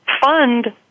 fund